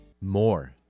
More